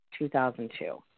2002